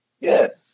Yes